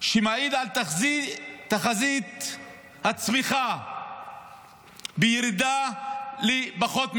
שמעיד על תחזית הצמיחה שתרד לפחות מאחוז.